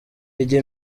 ijya